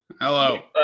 Hello